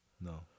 No